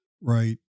right